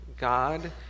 God